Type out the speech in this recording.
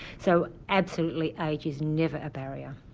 so absolutely age is never a barrier.